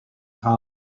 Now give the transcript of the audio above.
hollow